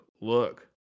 look